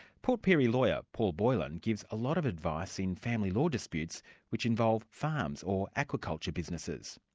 port pirie lawyer paul boylan gives a lot of advice in family law disputes which involve farms or aquaculture businesses.